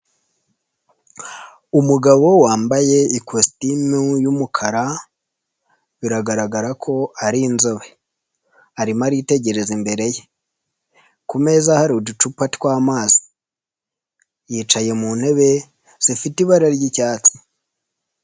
Umugabo wambaye ikositimu y'umukara, biragaragara ko ari inzobe. Arimo aritegereza imbere ye. Ku meza hari uducupa twamazi. Yicaye mu ntebe zifite ibara ry'icyatsi.